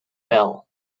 bell